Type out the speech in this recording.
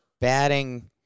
batting